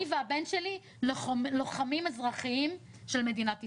אני והבן שלי לוחמים אזרחיים של מדינת ישראל'